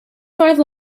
five